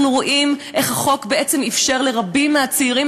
אנחנו רואים איך החוק בעצם אפשר לרבים מהצעירים